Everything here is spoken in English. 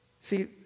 See